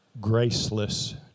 graceless